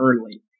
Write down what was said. early